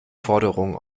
forderungen